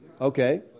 Okay